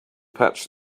patch